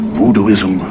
Voodooism